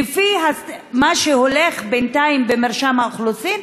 לפי מה שהולך בינתיים במרשם האוכלוסין,